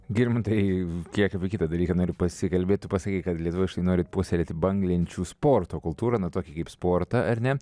girmantai kiek kitą dalyką noriu pasikalbėti tu pasakei kad lietuvoj štai norint puoselėti banglenčių sporto kultūrą na tokį kaip sportą ar ne